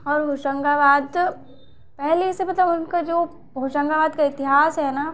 और होशंगाबाद के पहले से मतलब उनका जो होशंगाबाद का इतिहास है ना